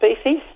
species